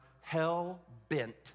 hell-bent